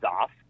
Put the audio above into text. off